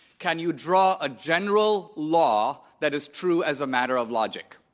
can you draw a general law that is true as a matter of logic.